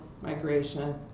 migration